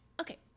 okay